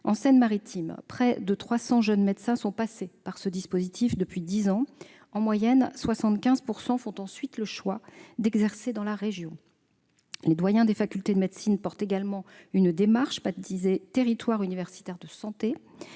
En Seine-Maritime, près de 300 jeunes médecins sont passés par ce dispositif depuis dix ans. En moyenne, 75 % d'entre eux font ensuite le choix d'exercer dans la région. Les doyens des facultés de médecine mettent également en oeuvre une démarche, baptisée « territoires universitaires de santé »,